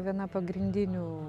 viena pagrindinių